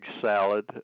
salad